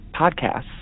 podcasts